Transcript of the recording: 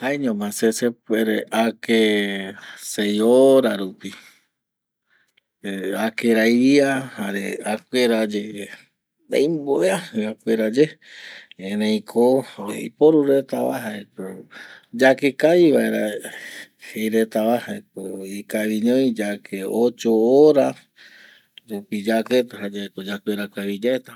Jaeño ma se sepuere ake seis horas rupi ˂hesitation˃ ake ravia jare akueraye ndeimombe aji akuera ye ereiko yaiporuretava jaeko yake kavi vaera jeiretava jeiko ikavuñoi yake ocho horas jokoüi yaketa jayeko yakuera kavi guata.